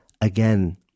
again